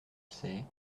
sais